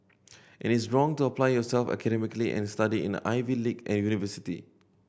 it is wrong to apply yourself academically and study in an Ivy league university